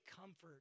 comfort